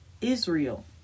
Israel